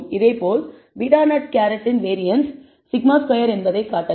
இதேபோல் β̂₀ இன் வேரியன்ஸ் σ2 என்பதைக் காட்டலாம்